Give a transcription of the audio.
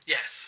Yes